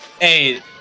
Hey